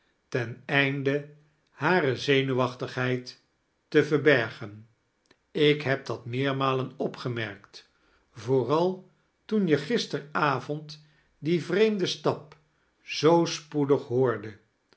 ten einde hare zenuwachtigheid te verbergen ik heb dat meermalen opgemerkt vooral toen je gisteren avond dien vreemden stap zoo spoedig hoordet